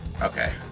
Okay